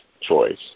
choice